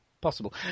possible